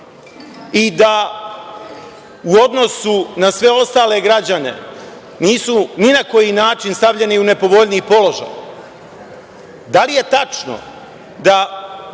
i da u odnosu na sve ostale građane nisu ni na koji način stavljeni u nepovoljniji položaj? Da li je tačno da